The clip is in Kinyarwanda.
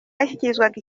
yashyikirizwaga